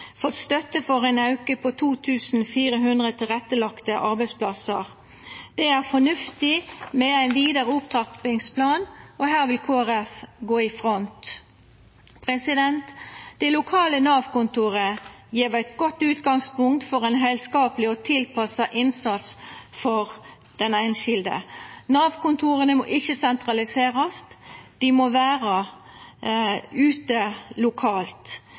fått støtte for ein auke på 2 400 tilrettelagde arbeidsplassar. Det er fornuftig med ein vidare opptrappingsplan, og her vil Kristeleg Folkeparti gå i front. Det lokale Nav-kontoret gjev eit godt utgangspunkt for ein heilskapleg og tilpassa innsats for den enkelte. Nav-kontora må ikkje sentraliserast, dei må vera ute lokalt.